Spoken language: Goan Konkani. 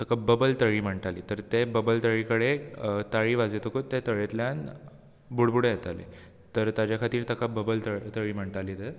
तेका बबल तळी म्हणटाली तर तें बबल तळीकडेन ताळी वाजयतकूत त्या तळयेंतल्यान बुडबुडे येताले तर ताजे खातीर तेका बबल तळ तळी म्हणटाली थंय